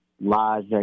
lies